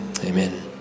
Amen